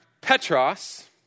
Petros